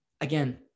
again